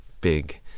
big